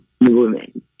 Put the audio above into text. women